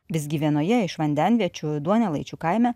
visgi vienoje iš vandenviečių duonelaičių kaime